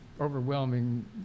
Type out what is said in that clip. overwhelming